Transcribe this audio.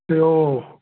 ਅਤੇ ਉਹ